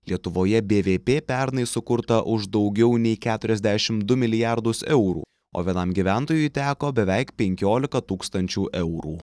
lietuvoje bvp pernai sukurta už daugiau nei keturiasdešimt du milijardus eurų o vienam gyventojui teko beveik penkiolika tūkstančių eurų